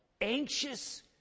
anxious